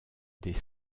des